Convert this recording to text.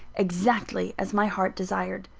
exactly as my heart desired!